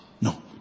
No